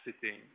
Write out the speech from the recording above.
sitting